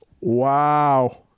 Wow